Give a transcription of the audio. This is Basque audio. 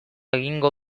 egingo